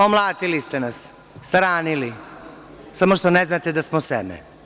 Omlatili ste nas, saranili, samo što ne znate da smo seme.